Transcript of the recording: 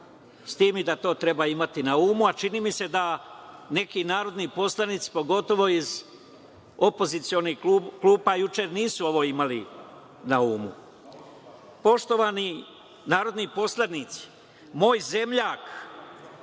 s tim i da to treba imati na umu. Čini mi se da neki narodni poslanici, pogotovo iz opozicionih klupa, juče nisu ovo imali na umu. Poštovani narodni poslanici, moj zemljak,